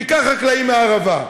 תיקח חקלאי מהערבה.